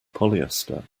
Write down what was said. polyester